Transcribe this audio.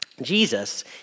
Jesus